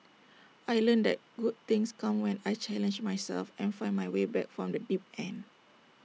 I learnt that good things come when I challenge myself and find my way back from the deep end